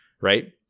right